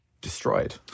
destroyed